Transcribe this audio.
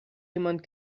jemand